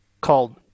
called